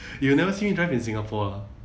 you never see me drive in singapore lah